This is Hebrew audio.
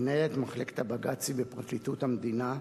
מנהלת מחלקת הבג"צים בפרקליטות המדינה,